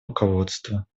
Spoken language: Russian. руководства